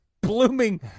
blooming